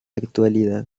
actualidad